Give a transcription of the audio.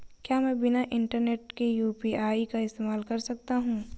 क्या मैं बिना इंटरनेट के यू.पी.आई का इस्तेमाल कर सकता हूं?